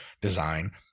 design